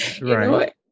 Right